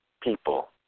people